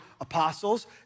apostles